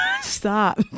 stop